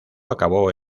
acabó